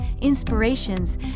Inspirations